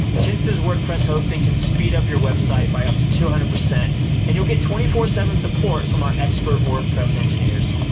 kinsta's wordpress hosting can speed up your website by up to two hundred percent and you'll get twenty four seven support from our expert wordpress engineers.